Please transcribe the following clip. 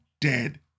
dead